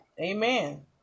Amen